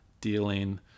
dealing